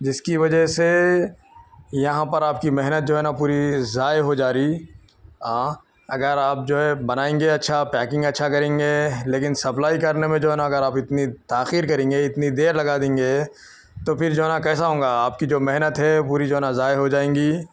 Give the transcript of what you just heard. جس کی وجہ سے یہاں پر آپ کی محنت جو ہے نا پوری ضائع ہو جا رہی اگر آپ جو ہے بنائیں گے اچھا پیکنگ اچھا کریں گے لیکن سپلائی کرنے میں جو ہے نا اگر آپ اتنی تاخیر کریں گے اتنی دیر لگا دیں گے تو پھر جو ہے نا کیسا ہوں گا آپ کی جو محنت ہے پوری جو ہے نا ضائع ہو جائیں گی